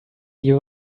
you